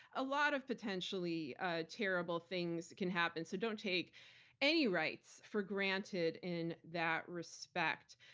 a lot of potentially ah terrible things can happen, so don't take any rights for granted in that respect.